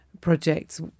Projects